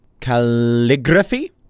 Calligraphy